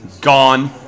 Gone